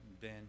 Ben